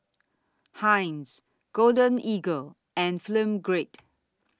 Heinz Golden Eagle and Film Grade